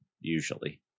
usually